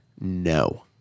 no